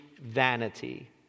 vanity